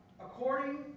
according